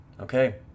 Okay